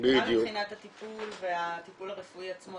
מה מבחינת הטיפול הרפואי עצמו,